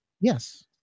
Yes